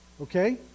okay